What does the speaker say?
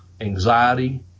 anxiety